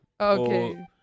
Okay